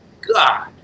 God